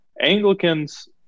Anglicans